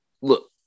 Look